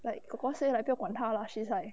like kor kor say like 不要管她啦 she's like